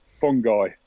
fungi